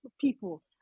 people